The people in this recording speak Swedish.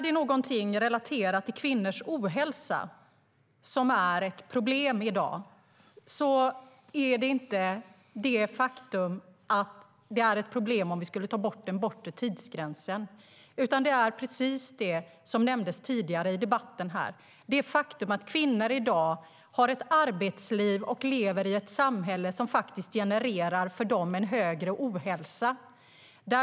Om det är något som är ett problem i dag, när det gäller kvinnors ohälsa, är det inte det faktumet att det skulle vara ett problem ifall vi tog bort den bortre tidsgränsen, utan det är precis det som nämndes tidigare i debatten, nämligen att kvinnor i dag har ett arbetsliv och lever i ett samhälle som genererar en högre ohälsa för dem.